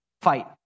Fight